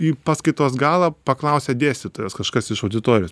į paskaitos galą paklausė dėstytojos kažkas iš auditorijos